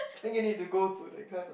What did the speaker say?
think you need to go that kind of